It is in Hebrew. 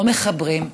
לא מחברים,